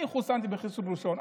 אני חוסנתי בחיסון ראשון,